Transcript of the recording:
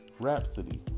Rhapsody